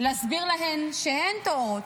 להסביר להן שהן טועות,